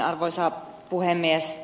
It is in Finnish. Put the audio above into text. arvoisa puhemies